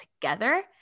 together